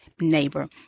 neighbor